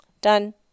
Done